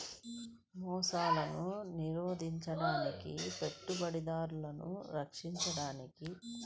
మోసాలను నిరోధించడానికి, పెట్టుబడిదారులను రక్షించడానికి